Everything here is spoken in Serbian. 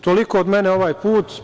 Toliko od mene ovaj put.